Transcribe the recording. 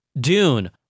Dune